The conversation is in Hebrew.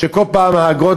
כל פעם האגרות,